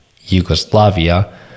Yugoslavia